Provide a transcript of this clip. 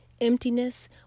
Emptiness